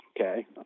okay